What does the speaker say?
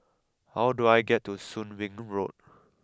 how do I get to Soon Wing Road